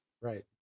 Right